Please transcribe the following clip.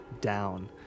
down